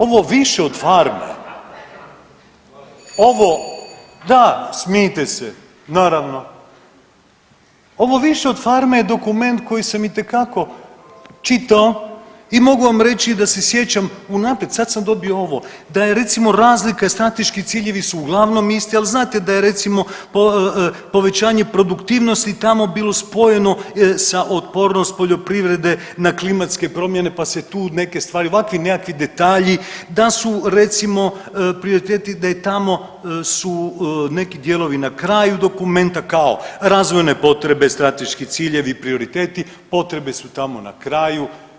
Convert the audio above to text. Ovo više od farme, ovo, da smijite se naravno, ovo više od farme je dokument koji sam itekako čitao i mogu vam reći da se sjećam unaprijed, sad sam dobio ovo, da je recimo razlika i strateški ciljevi su uglavnom isti, al znamo da je recimo povećanje produktivnosti tamo bilo spojeno sa otpornost poljoprivrede na klimatske promjene, pa se tu neke stvari ovakvi nekakvi detalji, da su recimo prioriteti da je tamo su neki dijelovi na kraju dokumenta kao razvojne potrebe, strateški ciljevi, prioriteti, potrebe su tamo na kraju.